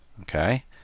Okay